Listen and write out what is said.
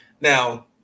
Now